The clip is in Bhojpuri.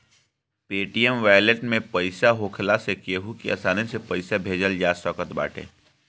पेटीएम वालेट में पईसा होखला से केहू के आसानी से पईसा भेजल जा सकत बाटे